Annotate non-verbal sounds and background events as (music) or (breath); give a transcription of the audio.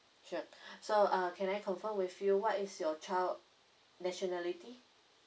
sure (breath) so uh can I confirm with you what is your child nationality